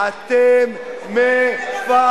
לא רואים את זה בסקרים.